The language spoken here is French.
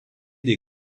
des